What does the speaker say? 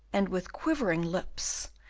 and with quivering lips,